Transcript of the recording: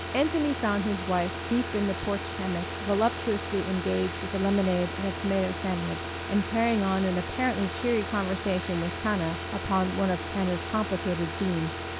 anthony found his wife deep in the porch hammock voluptuously engaged with a lemonade and a tomato sandwich and carrying on an apparently cheery conversation with tana upon one of tana's complicated themes.